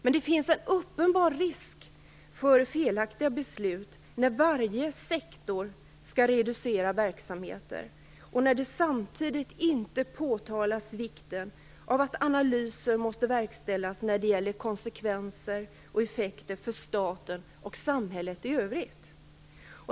Men det finns en uppenbar risk för felaktiga beslut när varje sektor skall reducera verksamheter samtidigt som inte vikten påtalas av att analyser verkställs när det gäller konsekvenser och effekter för staten och samhället i övrigt.